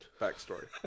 backstory